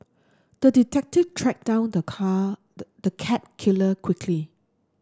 the detective tracked down the car the cat killer quickly